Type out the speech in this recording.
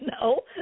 No